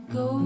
go